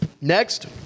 Next